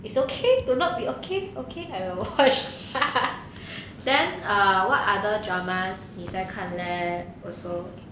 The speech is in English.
it's okay to not be okay okay I will watch then ah what other dramas 你在看 leh also